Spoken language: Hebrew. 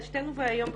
שתינו היום בפוליטיקה,